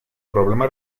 problema